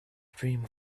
dream